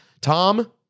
Tom